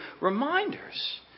reminders